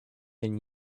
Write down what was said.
than